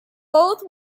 both